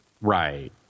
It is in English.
Right